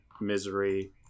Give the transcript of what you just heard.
Misery